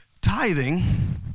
Tithing